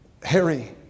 Harry